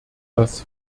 das